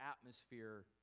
atmosphere